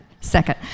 second